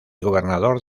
gobernador